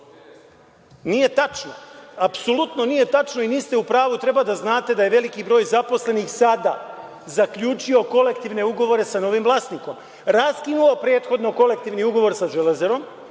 tačno. Apsolutno nije tačno i niste u pravu. Treba da znate da je veliki broj zaposlenih sada zaključio kolektivne ugovore sa novim vlasnikom. Raskinuo prethodno kolektivni ugovor sa „Železarom“